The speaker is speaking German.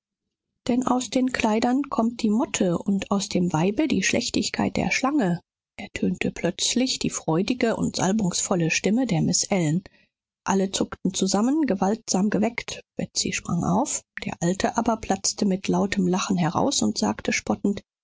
denn aus den kleidern kommt die motte und aus dem weibe die schlechtigkeit der schlange ertönte plötzlich die freudige und salbungsvolle stimme der miß ellen alle zuckten zusammen gewaltsam geweckt betsy sprang auf der alte aber platzte mit lautem lachen heraus und sagte spottend